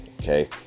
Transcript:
okay